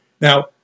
Now